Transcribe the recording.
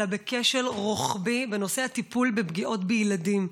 אלא בכשל רוחבי בנושא הטיפול בפגיעות בילדים.